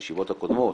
בישיבות הקודמות,